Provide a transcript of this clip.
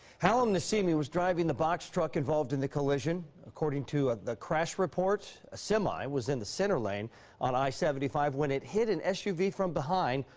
halim nesimi was driving the box truck involved in the collision according the crash report. a semi was in the center lane on i seventy five when it hit an s u v from behind.